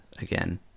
again